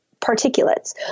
particulates